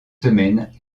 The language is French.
semaines